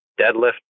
deadlift